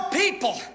people